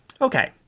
okay